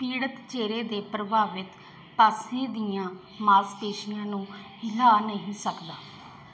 ਪੀੜ੍ਹਤ ਚਿਹਰੇ ਦੇ ਪ੍ਰਭਾਵਿਤ ਪਾਸੇ ਦੀਆਂ ਮਾਸਪੇਸ਼ੀਆਂ ਨੂੰ ਹਿਲਾ ਨਹੀਂ ਸਕਦਾ